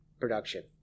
production